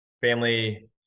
family